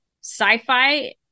sci-fi